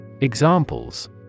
Examples